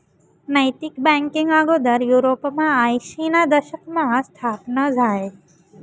नैतिक बँकींग आगोदर युरोपमा आयशीना दशकमा स्थापन झायं